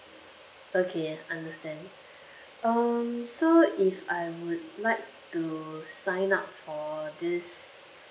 okay I understand um so if I would like to sign up for this